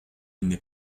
n’est